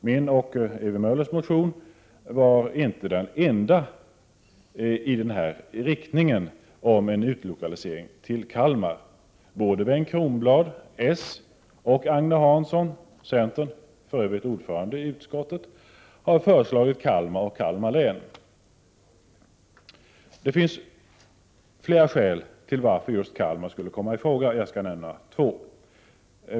Min och Ewy Möllers motion var inte den enda i denna riktning om en utlokalisering till Kalmar. Både Bengt Kronblad, socialdemokrat, och Agne Hansson, centerpartist, för övrigt ordförande i bostadsutskottet, har föreslagit Kalmar. Det finns flera skäl till att just Kalmar skulle komma i fråga. Jag skall nämna två.